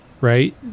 right